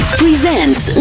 presents